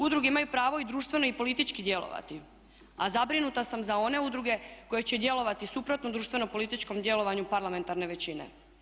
Udruge imaju pravo i društveno i politički djelovati, a zabrinuta sam za one udruge koje će djelovati suprotno društveno-političkom djelovanju parlamentarne većine.